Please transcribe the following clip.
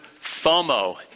FOMO